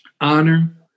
honor